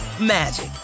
magic